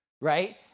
right